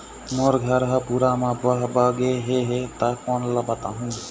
मोर घर हा पूरा मा बह बह गे हे हे ता कोन ला बताहुं?